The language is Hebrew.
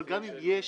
אבל גם אם יש